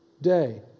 day